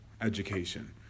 education